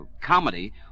comedy